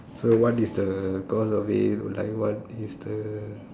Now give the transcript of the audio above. so what is the course of it like what is the